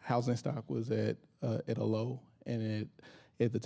housing stock was that at a low and at the